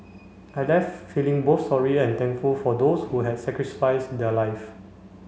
I left feeling both sorry and thankful for those who had sacrificed their lives